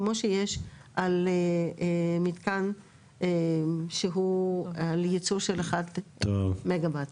כמו שיש על מתקן שהוא לייצור של 1 מגה וואט,